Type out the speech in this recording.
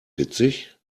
witzig